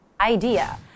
idea